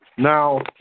Now